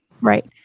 Right